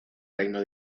reino